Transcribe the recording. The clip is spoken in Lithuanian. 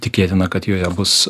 tikėtina kad joje bus